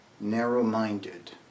narrow-minded